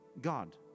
God